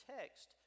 text